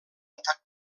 atac